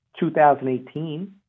2018